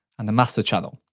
and the master channel.